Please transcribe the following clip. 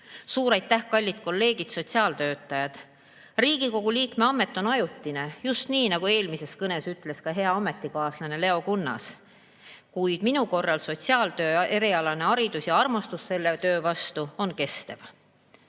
Suur aitäh, kallid kolleegid sotsiaaltöötajad! Riigikogu liikme amet on ajutine, just nii, nagu eelmises kõnes ütles ka hea ametikaaslane Leo Kunnas. Kuid minu puhul sotsiaaltöö erialane haridus ja armastus selle töö vastu on kestev.